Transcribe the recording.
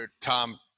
Tom